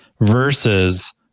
Versus